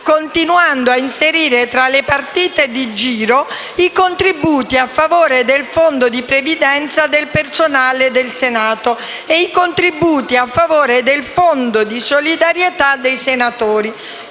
continuando a inserire tra le partite di giro i contributi a favore del Fondo di previdenza del personale del Senato e i contributi a favore del Fondo di solidarietà fra i senatori.